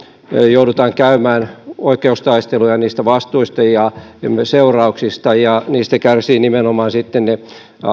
joudutaan käymään oikeustaisteluja vastuista ja myös seurauksista ja niistä kärsivät sitten nimenomaan ne